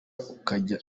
akajya